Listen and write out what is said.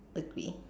agree